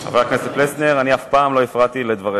חבר הכנסת פלסנר, אני אף פעם לא הפרעתי לדבריך.